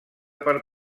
per